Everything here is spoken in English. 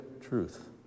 truth